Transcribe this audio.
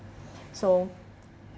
so